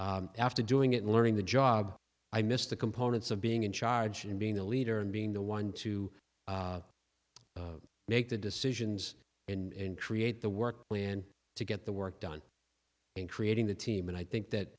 after doing it and learning the job i miss the components of being in charge and being a leader and being the one to make the decisions and create the work plan to get the work done in creating the team and i think